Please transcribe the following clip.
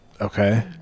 Okay